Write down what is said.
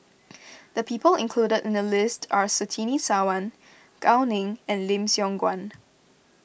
the people included in the list are Surtini Sarwan Gao Ning and Lim Siong Guan